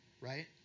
right